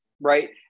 Right